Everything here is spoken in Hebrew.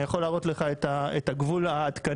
אני יכול להראות לך את הגבול העדכני